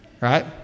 right